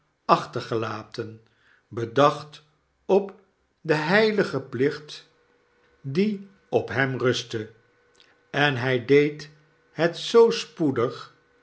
gelaten bedacht op den heiligen plicht die op hem rustte en hg deed het zoo spoedig